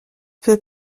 peut